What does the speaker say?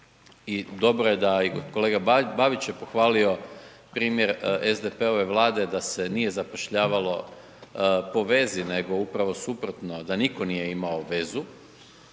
i dobro je da i kolega Babić je pohvalio primjer SDP-ove vlade da se nije zapošljavalo po vezi, nego upravo suprotno, da nitko nije imao vezu